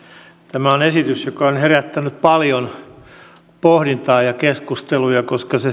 tämä on esitys joka on herättänyt paljon pohdintaa ja keskusteluja koska se